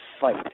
fight